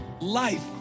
life